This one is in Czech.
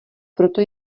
proto